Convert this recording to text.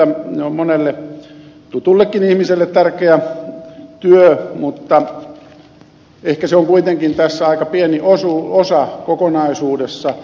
se on monelle tutullekin ihmiselle tärkeä työ mutta ehkä se on kuitenkin tässä aika pieni osa kokonaisuudessa